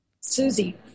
Susie